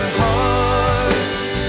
hearts